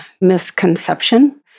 misconception